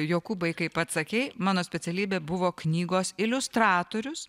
jokūbai kaip pats sakei mano specialybė buvo knygos iliustratorius